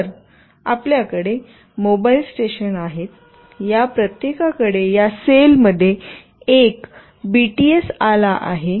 तर आपल्याकडे mobile station आहेत या प्रत्येकाकडे या सेलमध्ये एक बीटीएस आला आहे